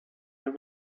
wenn